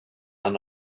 and